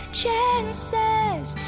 chances